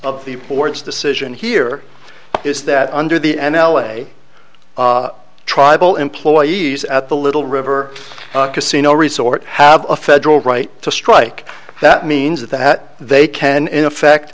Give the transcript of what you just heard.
of the court's decision here is that under the m l a tribal employees at the little river casino resort have a federal right to strike that means that they can in effect